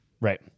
right